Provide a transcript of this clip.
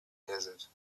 desert